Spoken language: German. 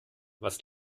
was